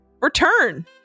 return